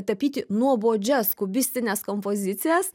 tapyti nuobodžias kubistines kompozicijas